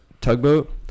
tugboat